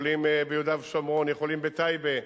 יכולים ביהודה ושומרון, יכולים בטייבה,